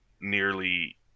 nearly